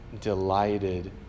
delighted